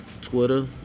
Twitter